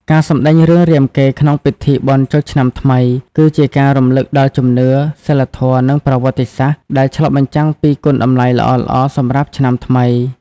ការសម្តែងរឿងរាមកេរ្តិ៍ក្នុងពិធីបុណ្យចូលឆ្នាំថ្មី គឺជាការរំលឹកដល់ជំនឿ សីលធម៌ និងប្រវត្តិសាស្ត្រ ដែលឆ្លុះបញ្ចាំងពីគុណតម្លៃល្អៗសម្រាប់ឆ្នាំថ្មី។